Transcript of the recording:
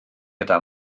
gyda